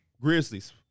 Grizzlies